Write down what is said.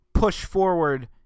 push-forward